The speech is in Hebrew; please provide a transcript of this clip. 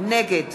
נגד